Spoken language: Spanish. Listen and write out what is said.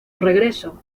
regreso